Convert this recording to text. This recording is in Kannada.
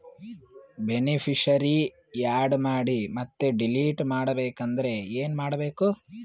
ಬೆನಿಫಿಶರೀ, ಆ್ಯಡ್ ಮಾಡಿ ಮತ್ತೆ ಡಿಲೀಟ್ ಮಾಡಬೇಕೆಂದರೆ ಏನ್ ಮಾಡಬೇಕು?